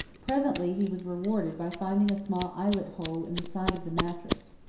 presently he was rewarded by finding a small eyelet hole in the side of the mattress.